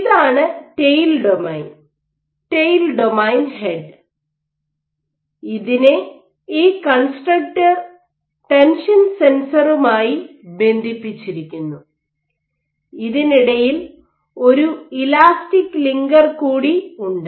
ഇതാണ് tail domain head ഇതിനെ ഈ കൺസ്ട്രക്റ്റർ ടെൻഷൻ സെൻസറുമായി ബന്ധിപ്പിച്ചിരിക്കുന്നു ഇതിനിടയിൽ ഒരു ഇലാസ്റ്റിക് ലിങ്കർ കൂടി ഉണ്ട്